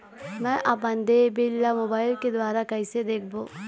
मैं अपन देय बिल ला मोबाइल के द्वारा कइसे देखबों?